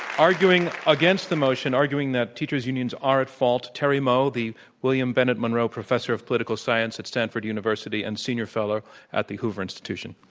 arguing against the motion arguing that teachers unions are at fault terry moe, the william bennett monroe professor of political science at stanford university and senior fellow at the hoover institution.